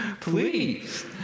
Please